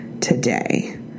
today